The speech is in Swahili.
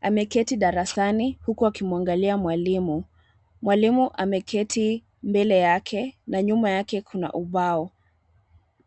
Ameketi darasani huku akimwangalia mwalimu. Mwalimu ameketi mbele yake na nyuma yake kuna ubao.